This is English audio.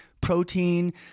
protein